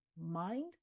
mind